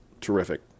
Terrific